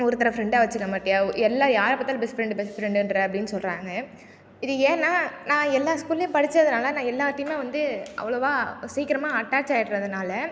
ஒருத்தரை ஃப்ரெண்டாக வச்சுக்க மாட்டியா எல்லா யாரை பார்த்தாலும் பெஸ்ட் ஃப்ரெண்டு பெஸ்ட் ஃப்ரெண்டுன்ற அப்படினு சொல்றாங்க இது ஏன்னால் நான் எல்லா ஸ்கூல்லையும் படித்ததனால நான் எல்லார்கிட்டையுமே வந்து அவ்வளோவா சீக்கிரமா அட்டாச் ஆகிடறதுனால